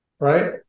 right